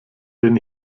denn